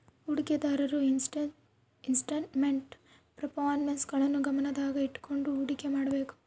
ಹೂಡಿಕೆದಾರರು investment performance ನ್ನು ಗಮನದಾಗ ಇಟ್ಕಂಡು ಹುಡಿಕೆ ಮಾಡ್ಬೇಕು